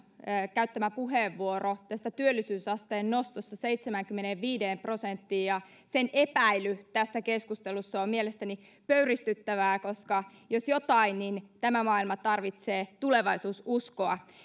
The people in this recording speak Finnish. käyttämä puheenvuoro tästä työllisyysasteen nostosta seitsemäänkymmeneenviiteen prosenttiin ja sen epäily tässä keskustelussa on mielestäni pöyristyttävää koska jos jotain niin tämä maailma tarvitsee tulevaisuudenuskoa